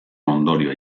ondorioa